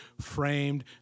framed